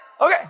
Okay